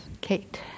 Kate